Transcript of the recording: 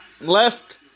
Left